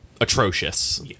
atrocious